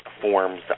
forms